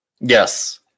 Yes